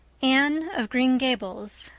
anne of green gables,